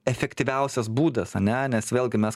efektyviausias būdas ane nes vėlgi mes